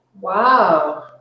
Wow